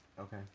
Okay